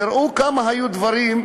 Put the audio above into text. תראו כמה דברים,